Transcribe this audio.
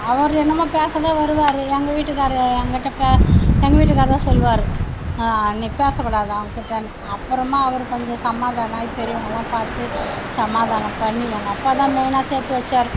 அவர் என்னமோ பேசதான் வருவார் எங்கள் வீட்டுக்காரரு என்கிட்ட பே எங்க வீட்டுக்காரர் தான் சொல்வார் நீ பேசக்கூடாது அவன் கிட்டேன்னு அப்புறமா அவர் கொஞ்சம் சமாதானம் ஆகி பெரியவங்கள்லாம் பார்த்து சமாதானம் பண்ணி எங்கள் அப்பா தான் மெய்னாக சேர்த்து வைச்சாரு